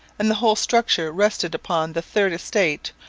and the whole structure rested upon the third estate,